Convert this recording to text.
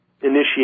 initiate